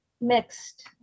mixed